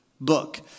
book